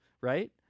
right